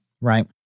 Right